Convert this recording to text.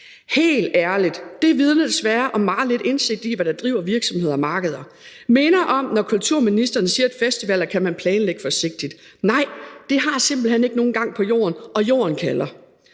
Helt ærligt: Det vidner desværre om meget lidt indsigt i, hvad der driver virksomheder og markeder. Det minder om, når kulturministeren siger, at festivaler kan man planlægge forsigtigt. Nej, det har simpelt hen ikke nogen gang på jord – og Jorden kalder.